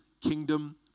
kingdom